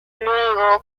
luego